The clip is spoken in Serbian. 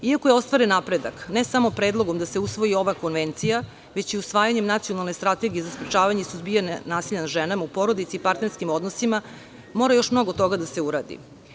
Iako je ostvaren napredak, ne samo predlogom da se usvoji ova konvencija, već i usvajanje nacionalne strategije za sprečavanje i suzbijanje nasilja nad ženama u porodici, partnerskim odnosima, mora još mnogo toga da se uradi.